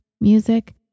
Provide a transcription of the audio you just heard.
music